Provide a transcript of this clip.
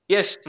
Yes